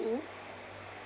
~Cs